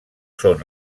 són